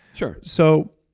sure. so,